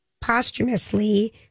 posthumously